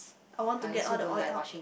I want to get all the oil out